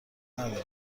ندارن